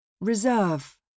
Reserve